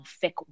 thick